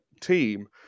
team